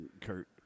Kurt